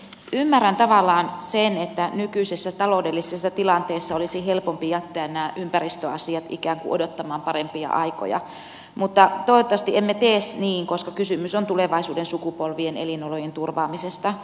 ymmärrän tavallaan sen että nykyisessä taloudellisessa tilanteessa olisi helpompi jättää nämä ympäristöasiat ikään kuin odottamaan parempia aikoja mutta toivottavasti emme tee niin koska kysymys on tulevaisuuden sukupolvien elinolojen turvaamisesta